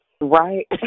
Right